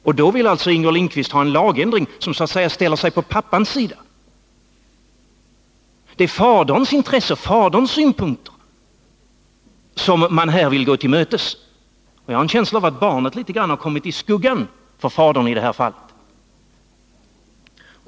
Inger Lindquist vill få till stånd en lagstiftning som så att säga ställer sig på pappans sida. Det är faderns intresse och synpunkter som hon här vill gå till mötes. Jag har en känsla av att barnet i detta fall har kommit litet i skuggan för fadern.